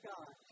God